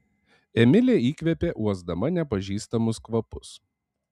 emilė įkvėpė uosdama nepažįstamus kvapus